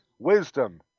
Wisdom